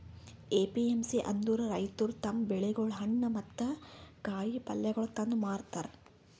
APMC ಅಂದುರ್ ರೈತುರ್ ತಮ್ ಬೆಳಿಗೊಳ್, ಹಣ್ಣ ಮತ್ತ ಕಾಯಿ ಪಲ್ಯಗೊಳ್ ತಂದು ಮಾರತಾರ್